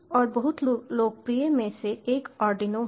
और बहुत लोकप्रिय में से एक आर्डिनो है